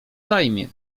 zajmie